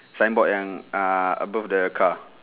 signboard yang uh above the car